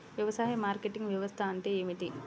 వ్యవసాయ మార్కెటింగ్ వ్యవస్థ అంటే ఏమిటి?